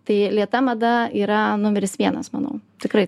tai lėta mada yra numeris vienas manau tikrai